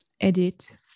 edit